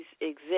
exist